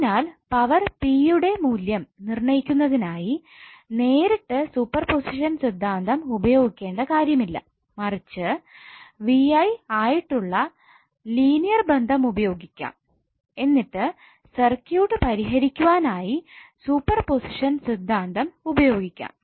അതിനാൽ പവർ 𝑝 യുടെ മൂല്യം നിർണയിക്കുന്നതിനായി നേരിട്ട് സൂപ്പർ പൊസിഷൻ സിദ്ധാന്തം ഉപയോഗിക്കേണ്ട കാര്യമില്ല മറിച്ച് VI ആയിട്ടുള്ള ലീനിയർ ബന്ധം ഉപയോഗിക്കാം എന്നിട്ട് സർക്യൂട്ട് പരിഹരിക്കുവാൻ ആയി സൂപ്പർപൊസിഷൻ സിദ്ധാന്തം ഉപയോഗിക്കാം